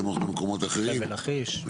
סמוך למקומות אחרים.